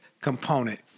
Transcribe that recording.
component